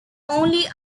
only